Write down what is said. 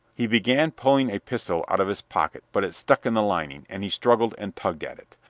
he began pulling a pistol out of his pocket, but it stuck in the lining, and he struggled and tugged at it.